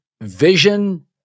vision